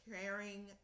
caring